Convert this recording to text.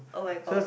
[oh]-my-god